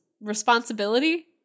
responsibility